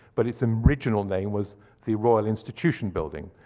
but it's um original name was the royal institution building,